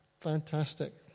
fantastic